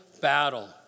battle